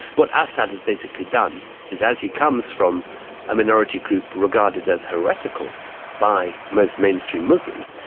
what assad has basically done is as he comes from a minority group regarded as heretical by most mainstream muslims,